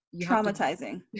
traumatizing